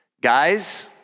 guys